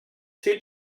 two